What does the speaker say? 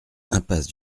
impasse